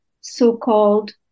so-called